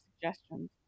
suggestions